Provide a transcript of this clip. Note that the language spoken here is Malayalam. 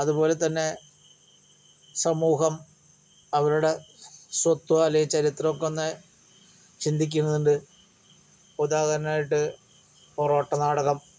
അത്പോലെതന്നേ സമൂഹം അവരുടെ സ്വത്തോ അല്ലെങ്കിൽ ചരിത്രമൊക്കെയൊന്ന് ചിന്തിക്കുന്നുണ്ട് ഇപ്പോൾ ഉദാഹരണായിട്ട് പൊറോട്ട നാടകം